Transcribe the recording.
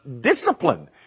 discipline